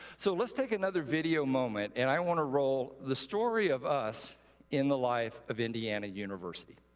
so let's take another video moment, and i want to roll the story of us in the life of indiana university.